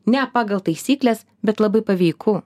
ne pagal taisykles bet labai paveiku